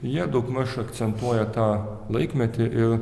jie daugmaž akcentuoja tą laikmetį ir